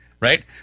right